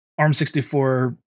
ARM64